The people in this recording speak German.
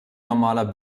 normaler